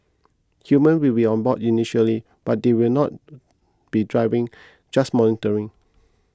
humans will be on board initially but they will not be driving just monitoring